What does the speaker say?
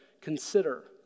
consider